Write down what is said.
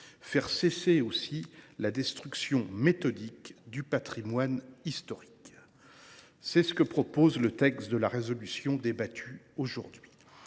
faire cesser la destruction méthodique du patrimoine historique. Tel est l’objet du texte de la résolution débattue aujourd’hui.